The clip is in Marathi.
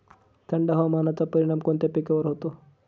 थंड हवामानाचा परिणाम कोणत्या पिकावर होतो?